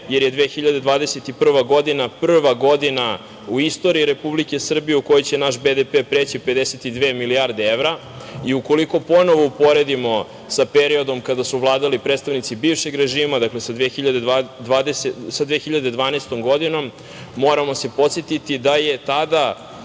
jer je 2021. godina prva godina u istoriji Republike Srbije u kojoj će naš BDP preći 52 milijarde evra. Ukoliko ponovo uporedimo sa periodom kada su vladali predstavnici bivšeg režima, sa 2012. godinom, moramo se podsetiti da je tada